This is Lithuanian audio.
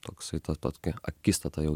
toksai ta ta tokia akistata jau